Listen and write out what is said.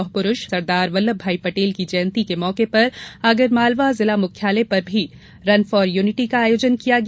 लौह पुरूष सरदार वल्लभभाई पटेल की जंयती के मौके पर आगरमालवा जिला मुख्यालय पर रन फॉर यूनिटी का आयोजन किया गया